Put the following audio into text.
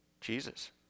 Jesus